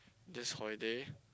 this holiday